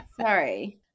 sorry